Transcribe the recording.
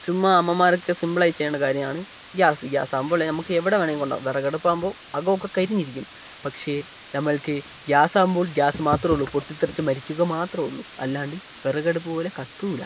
ചുമ്മാ അമ്മമാരൊക്കെ സിമ്പിളായി ചെയ്യേണ്ട കാര്യമാണ് ഗ്യാസ് ഗ്യാസാവ്മ്പള് നമുക്ക് എവിടെ വേണേ കൊണ്ടോവാ വെറകട്പ്പാവ്മ്പൊ അകം ഒക്കെ കരിഞ്ഞിരിക്കും പക്ഷേ നമ്മൾക്ക് ഗ്യാസാകുമ്പോൾ ഗ്യാസ് മാത്രം ഉള്ളൂ പൊട്ടിത്തെറിച്ച് മരിക്കുക മാത്ര ഉള്ളൂ അല്ലാണ്ട് വിറക് അടുപ്പ് പോലെ കത്തൂല